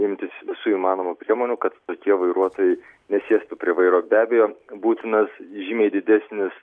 imtis visų įmanomų priemonių kad tokie vairuotojai nesėstų prie vairo be abejo būtinas žymiai didesnis